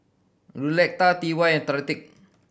Lucetta T Y and Tyrik